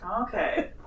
Okay